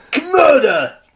murder